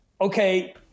okay